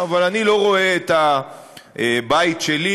אבל אני לא רואה את הבית שלי,